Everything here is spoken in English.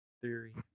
theory